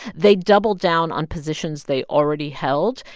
they double down on positions they already held,